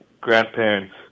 grandparents